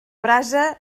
brasa